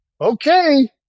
okay